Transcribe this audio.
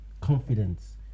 confidence